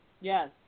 Yes